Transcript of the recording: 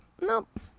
nope